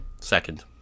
second